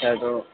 اچھا تو